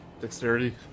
dexterity